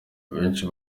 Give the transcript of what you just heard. abenshi